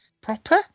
proper